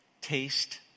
taste